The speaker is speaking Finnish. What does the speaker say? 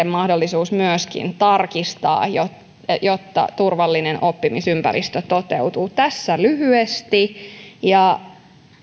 mahdollisuus tarkistaa että turvallinen oppimisympäristö toteutuu tässä lyhyesti ja olisi